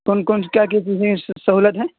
کون کون کیا کیا چیزیں سہولت ہیں